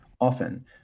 often